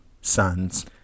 sons